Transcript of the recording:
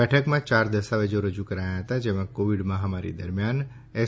બેઠકમાં ચાર દસ્તાવેજો રજૂ કરાયા હતા જેમાં કોવિડ મહામારી દરમ્યાન એસ